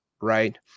right